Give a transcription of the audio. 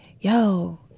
yo